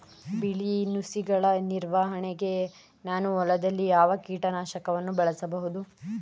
ಬಿಳಿ ನುಸಿಗಳ ನಿವಾರಣೆಗೆ ನಾನು ಹೊಲದಲ್ಲಿ ಯಾವ ಕೀಟ ನಾಶಕವನ್ನು ಬಳಸಬಹುದು?